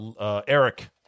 Eric